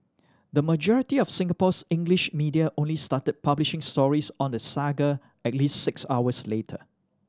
the majority of Singapore's English media only started publishing stories on the saga at least six hours later